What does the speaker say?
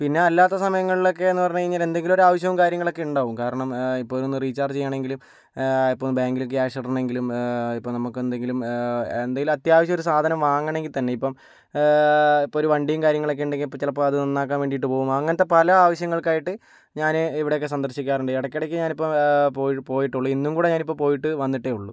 പിന്നെ അല്ലാത്ത സമയങ്ങളിലൊക്കെയെന്ന് പറഞ്ഞു കഴിഞ്ഞാൽ എന്തെങ്കിലും ഒരാവശ്യവും കാര്യങ്ങളെക്കെ ഉണ്ടാവും കാരണം ഇപ്പോൾ ഒന്ന് റീച്ചാർജ് ചെയ്യണമെങ്കിലും ഇപ്പോൾ ബാങ്കിൽ ക്യാഷ് ഇടണമെങ്കിലും ഇപ്പോൾ നമുക്കെന്തെങ്കിലും എന്തെങ്കിലും അത്യാവശ്യം ഒരു സാധനം വാങ്ങണമെങ്കിൽത്തന്നെ ഇപ്പോൾ ഇപ്പൊരു വണ്ടിയും കാര്യങ്ങളൊക്കെ ഇണ്ടെങ്കിൽ ഇപ്പോൾ ചിലപ്പോൽ അത് നന്നാക്കാൻ വേണ്ടിയിട്ട് പോകും അങ്ങനത്തെ പല ആവശ്യങ്ങൾക്കായിട്ട് ഞാൻ ഇവിടെയൊക്കെ സന്ദർശിക്കാറുണ്ട് ഇടക്കിടയ്ക്ക് ഞാനിപ്പോൾ പോയ് പോയിട്ടേയുള്ളു ഇന്നും കൂടി ഞാൻ ഇപ്പോൾ പോയിട്ട് വന്നിട്ടേ ഒള്ളു